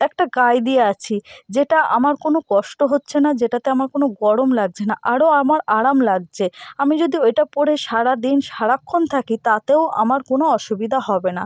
একটা গায়ে দিয়ে আছি যেটা আমার কোনো কষ্ট হচ্ছে না যেটাতে আমার কোনো গরম লাগছে না আরো আমার আরাম লাগছে আমি যদি ওইটা পরে সারা দিন সারাক্ষণ থাকি তাতেও আমার কোনো অসুবিধা হবে না